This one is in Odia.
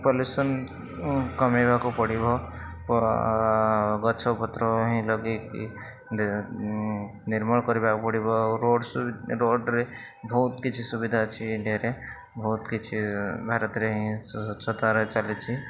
ପଲ୍ୟୁସନ୍ କମେଇବାକୁ ପଡ଼ିବ ଓ ଗଛ ପତ୍ର ହିଁ ଲଗେଇକି ନିର୍ମଳ କରିବାକୁ ପଡ଼ିବ ଓ ରୋଡ଼୍ ରୋଡ଼୍ରେ ବହୁତ କିଛି ସୁବିଧା ଅଛି ଇଣ୍ଡିଆରେ ବହୁତ କିଛି ଭାରତରେ ହିଁ ସ୍ୱଚ୍ଛତାରେ ଚାଲିଛି